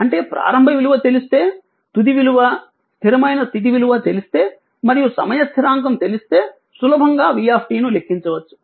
అంటే ప్రారంభ విలువ తెలిస్తే తుది విలువ స్థిరమైన స్థితి విలువ తెలిస్తే మరియు సమయ స్థిరాంకం తెలిస్తే సులభంగా v ను లెక్కించవచ్చు